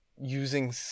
using